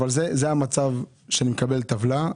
אבל זה מה שמופיע בטבלה.